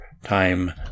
time